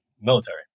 military